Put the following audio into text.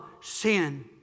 sin